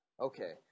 Okay